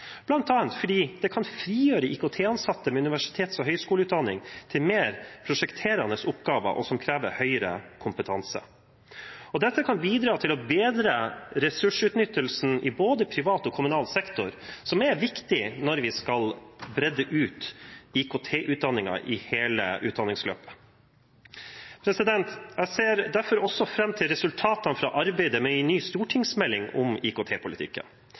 bl.a. fordi det kan frigjøre IKT-ansatte med universitets- og høyskoleutdanning til mer prosjekterende oppgaver, og som krever høyere kompetanse. Dette kan bidra til å bedre ressursutnyttelsen i både privat og kommunal sektor, som er viktig når vi skal bredde ut IKT-utdanningen i hele utdanningsløpet. Jeg ser derfor også fram til resultatene fra arbeidet med en ny stortingsmelding om